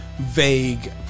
vague